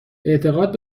اعتقاد